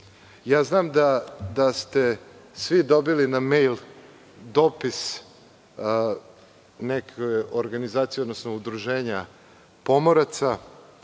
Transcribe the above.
da ste svi dobili na i-mejl dopis neke organizacije odnosno udruženja pomoraca